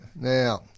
Now